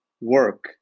Work